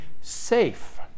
safe